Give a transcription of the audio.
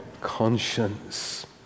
conscience